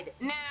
Now